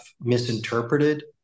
misinterpreted